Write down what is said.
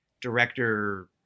Director